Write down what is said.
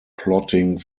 plotting